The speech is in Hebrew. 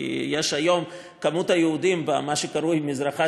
כי היום מספר היהודים במה שקרוי מזרחה